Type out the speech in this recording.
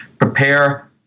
prepare